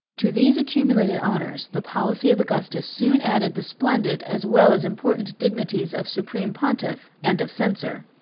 to these accumulated honors, the policy of augustus soon added the splendid as well as important dignities of supreme pontiff, and of censor.